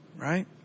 Right